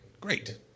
Great